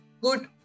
good